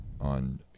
on